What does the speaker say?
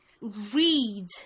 read